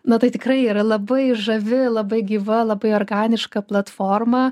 na tai tikrai yra labai žavi labai gyva labai organiška platforma